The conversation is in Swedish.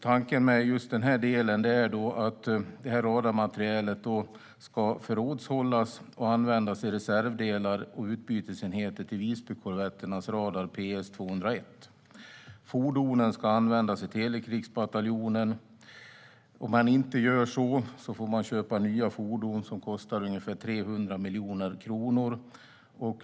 Tanken med just denna del är att radarmaterielen ska förrådshållas och användas i reservdelar och utbytesenheter till Visbykorvetternas radar PS 201. Fordonen ska användas i Telekrigsbataljonen. Om man inte gör så får man köpa nya fordon som kostar ungefär 300 miljoner kronor.